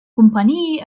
kumpaniji